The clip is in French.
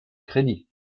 crédit